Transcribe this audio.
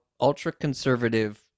ultra-conservative